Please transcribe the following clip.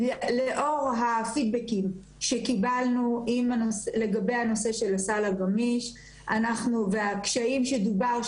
לאור הפידבקים שקיבלנו לגבי הנושא של הסל הגמיש והקשיים שדובר עליהם,